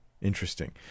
interesting